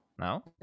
no